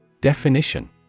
Definition